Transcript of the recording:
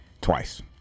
Twice